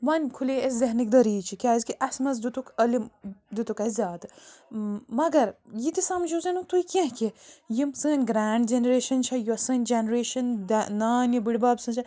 وۄنۍ کھُلے اسہِ ذہنٕکۍ دریٖچہِ کیٛازکہِ اسہِ منٛز دیٛتُکھ علم دیٛتُکھ اسہِ زیادٕ مگر یہِ تہِ سمجھِو زِ نہٕ تُہۍ کیٚنٛہہ کہِ یِم سٲنۍ گرٛینٛڈ جنریشَن چھِ یۄس سٲنۍ جنریشَن دَ نانہِ بٕڑۍ بَب سٕنٛز یا